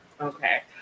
Okay